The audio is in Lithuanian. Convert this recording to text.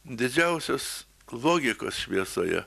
didžiausios logikos šviesoje